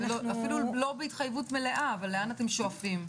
אפילו לא בהתחייבות מלאה אבל לאן אתם שואפים?